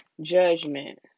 Judgment